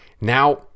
now